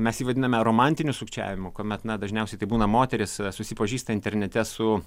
mes jį vadiname romantiniu sukčiavimu kuomet na dažniausiai tai būna moteris susipažįsta internete su